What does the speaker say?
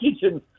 kitchen